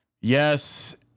Yes